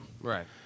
Right